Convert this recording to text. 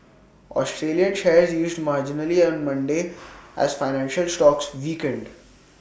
Australian shares eased marginally on Monday as financial stocks weakened